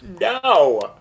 No